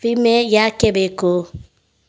ವಿಮೆ ಯಾಕೆ ಬೇಕು?